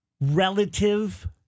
relative